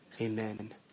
Amen